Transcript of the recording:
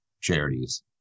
charities